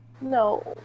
No